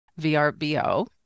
VRBO